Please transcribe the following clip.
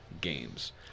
games